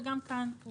וגם כאן.